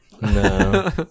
No